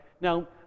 now